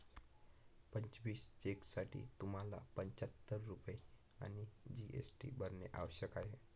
पंचवीस चेकसाठी तुम्हाला पंचाहत्तर रुपये आणि जी.एस.टी भरणे आवश्यक आहे